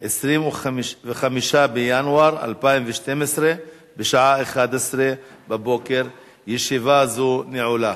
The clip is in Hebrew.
25 בינואר 2012, בשעה 11:00. ישיבה זו נעולה.